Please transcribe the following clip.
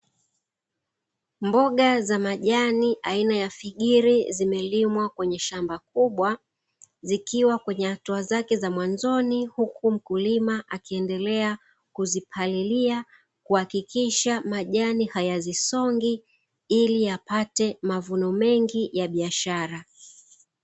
Mboga za majani aina ya figiri zimelimwa kwenye shamba kubwa, zikiwa kwenye hatua zake za mwanzoni huku mkulima akiendelea kuzipalilia kuhakikisha majani hayazisongi ili apate mavuno mengi ya biashara.